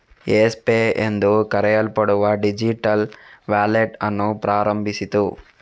Yes Pay ಎಂದು ಕರೆಯಲ್ಪಡುವ digital wallet ಅನ್ನು ಪ್ರಾರಂಭಿಸಿತು